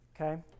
okay